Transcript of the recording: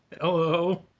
Hello